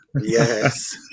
Yes